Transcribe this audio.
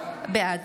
בעד